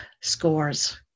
scores